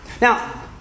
Now